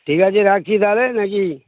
ঠিক আছে রাখছি তাহলে নাকি